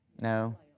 No